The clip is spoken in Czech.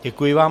Děkuji vám.